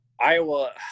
Iowa